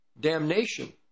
damnation